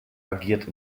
agiert